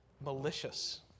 Malicious